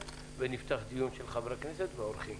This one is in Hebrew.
ולפתוח דיון של חברי הכנסת והאורחים.